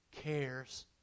cares